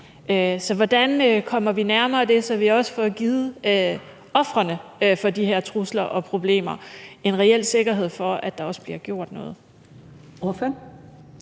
så hvordan kommer vi nærmere det, så vi også får givet ofrene for de her trusler og problemer en reel sikkerhed for, at der også bliver gjort noget?